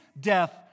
death